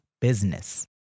Business